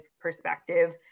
perspective